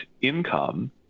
income